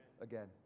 again